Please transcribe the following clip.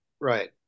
Right